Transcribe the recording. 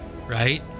Right